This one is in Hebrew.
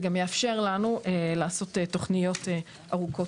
זה גם יאפשר לנו לעשות תוכניות ארוכות